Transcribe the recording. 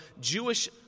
Jewish